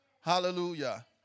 Hallelujah